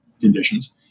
conditions